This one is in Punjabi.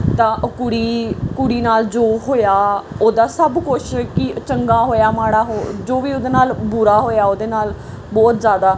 ਤਾਂ ਉਹ ਕੁੜੀ ਕੁੜੀ ਨਾਲ ਜੋ ਹੋਇਆ ਉਹਦਾ ਸਭ ਕੁਛ ਕਿ ਚੰਗਾ ਹੋਇਆ ਮਾੜਾ ਹੋਇਆ ਜੋ ਵੀ ਉਹਦੇ ਨਾਲ ਬੁਰਾ ਹੋਇਆ ਉਹਦੇ ਨਾਲ ਬਹੁਤ ਜ਼ਿਆਦਾ